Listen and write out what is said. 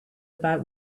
about